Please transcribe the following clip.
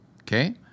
Okay